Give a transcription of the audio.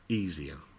easier